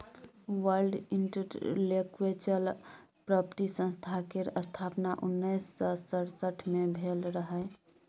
world intellectual property संस्था केर स्थापना उन्नैस सय सड़सठ मे भेल रहय